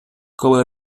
коли